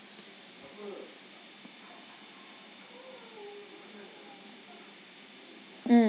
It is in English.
mm